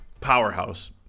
powerhouse